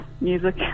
music